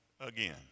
again